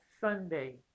Sunday